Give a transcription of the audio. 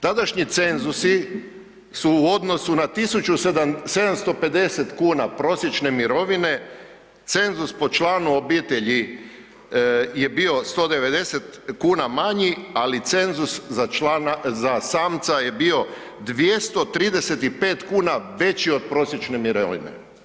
Tadašnji cenzusi su u odnosu na 1.750,00 kuna prosječne mirovine cenzus po članu obitelji je bio 190,00 kuna manji, ali cenzus za samca je bio 235,00 kuna veći od prosječne mirovine.